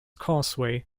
causeway